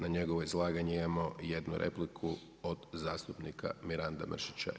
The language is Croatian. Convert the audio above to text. Na njegovo izlaganje imamo jednu repliku od zastupnika Miranda Mrsića.